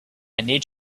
need